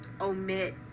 omit